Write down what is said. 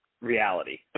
reality